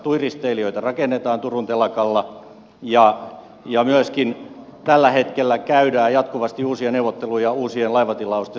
tui risteilijöitä rakennetaan turun telakalla ja myöskin tällä hetkellä käydään jatkuvasti uusia neuvotteluja uusien laivatilausten saamiseksi